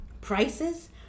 prices